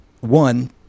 One